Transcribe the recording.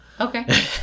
Okay